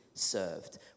served